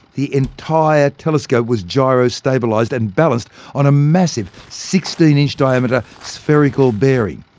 the entire telescope was gyro-stabilised and balanced on a massive sixteen inch diameter spherical bearing,